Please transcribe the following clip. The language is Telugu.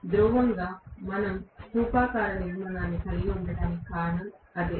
ధ్రువంగా మనం స్థూపాకార నిర్మాణాన్ని కలిగి ఉండటానికి కారణం అదే